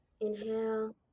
Inhale